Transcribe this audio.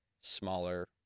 smaller